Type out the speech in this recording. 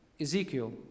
Ezekiel